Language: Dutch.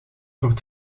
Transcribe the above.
wordt